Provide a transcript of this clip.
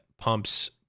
pumps